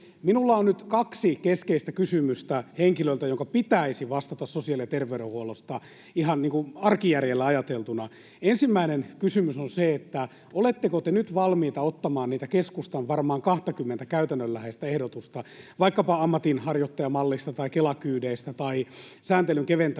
Minulla on nyt kaksi keskeistä kysymystä henkilölle, jonka pitäisi vastata sosiaali- ja terveydenhuollosta ihan arkijärjellä ajateltuna. Ensimmäinen kysymys on: oletteko te nyt valmiita ottamaan niitä keskustan varmaan 20:tä käytännönläheistä ehdotusta vaikkapa ammatinharjoittajamallista tai Kela-kyydeistä tai sääntelyn keventämisestä